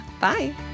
Bye